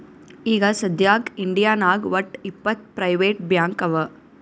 ಈಗ ಸದ್ಯಾಕ್ ಇಂಡಿಯಾನಾಗ್ ವಟ್ಟ್ ಇಪ್ಪತ್ ಪ್ರೈವೇಟ್ ಬ್ಯಾಂಕ್ ಅವಾ